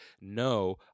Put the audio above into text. No